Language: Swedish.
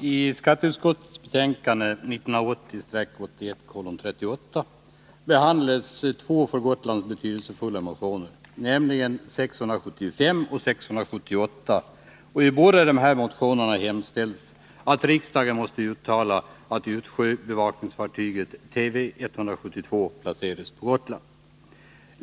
I skatteutskottets betänkande 1980/81:38 behandlas två för Gotland betydelsefulla motioner, nämligen nr 675 och 678. I båda dessa motioner hemställs att riksdagen måtte uttala att utsjöbevakningsfartyget Tv 172 placeras på Gotland.